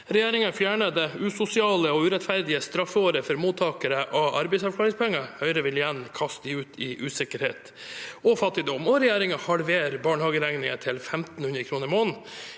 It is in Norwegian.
Regjeringen fjernet det usosiale og urettferdige straffeåret for mottakere av arbeidsavklaringspenger. Høyre vil igjen kaste dem ut i usikkerhet og fattigdom. Regjeringen halverer barnehageregningen til 1 500 kr måneden